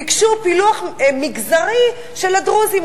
ביקשו פילוח מגזרי של הדרוזים.